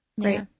great